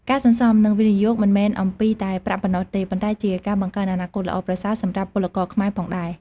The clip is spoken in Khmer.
ការសន្សំ និងវិនិយោគមិនមែនអំពីតែប្រាក់ប៉ុណ្ណោះទេ ប៉ុន្តែជាការបង្កើតអនាគតល្អប្រសើរសម្រាប់ពលករខ្មែរផងដែរ។